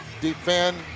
defend